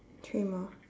three more